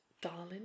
darling